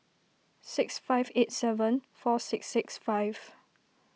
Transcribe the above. six five eight seven four six six five